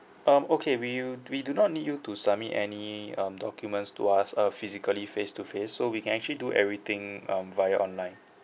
um okay we you we do not need you to submit any um documents to us uh physically face to face so we can actually do everything um via online